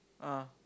uh